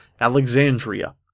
Alexandria